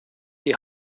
die